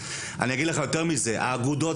להגיד לכם שהמוטיבציה